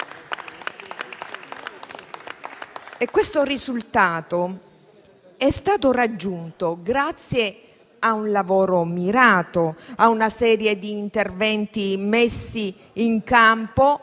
Questo risultato è stato raggiunto grazie a un lavoro mirato, a una serie di interventi messi in campo